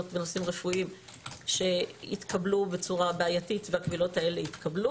בנושאים רפואיים שהתקבלו בצורה בעייתית והקבילות האלה יצאו